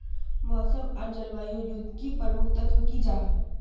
मौसम आर जलवायु युत की प्रमुख तत्व की जाहा?